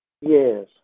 Yes